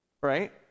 right